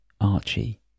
Archie